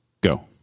go